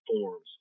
forms